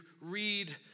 read